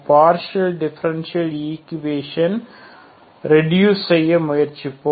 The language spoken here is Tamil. பார்ஷியல் டிஃபரென்ஷியல் ஈக்குவேஷன் ரெட்யூஸ் செய்ய முயற்சிப்போம்